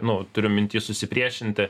nu turiu minty susipriešinti